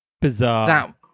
Bizarre